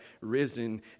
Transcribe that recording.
risen